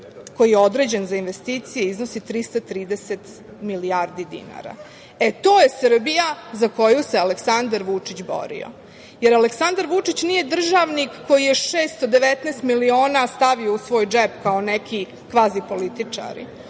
koji je određen za investicije iznosi 330 milijardi dinara. To je Srbija za koju se Aleksandar Vučić borio, jer Aleksandar Vučić nije državnik koji je 619 miliona stavio u svoj džep, kao neki kvazi političari.